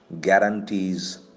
guarantees